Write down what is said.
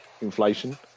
inflation